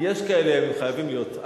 יש כאלה ימים, חייבים להיות.